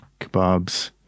kebabs